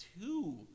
two